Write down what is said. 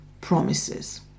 promises